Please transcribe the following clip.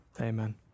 Amen